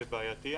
זה בעייתי.